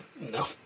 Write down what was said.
no